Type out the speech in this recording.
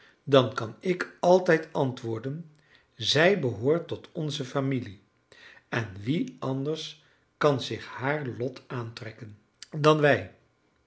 dan kan ik altijd antwoorden zij behoort tot onze familie en wie anders kan zich haar lot aantrekken dan wij